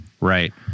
Right